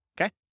okay